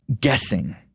guessing